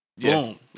Boom